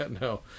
no